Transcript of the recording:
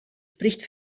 spricht